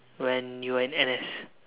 when you are in N_S